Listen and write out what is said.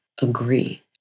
agree